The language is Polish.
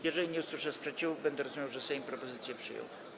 Jeżeli nie usłyszę sprzeciwu, będę rozumiał, że Sejm propozycję przyjął.